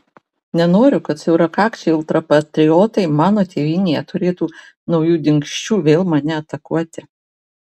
nenoriu kad siaurakakčiai ultrapatriotai mano tėvynėje turėtų naujų dingsčių vėl mane atakuoti